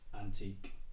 antique